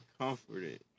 comforted